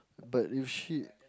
but if she